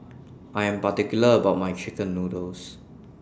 I Am particular about My Chicken Noodles